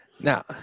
Now